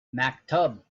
maktub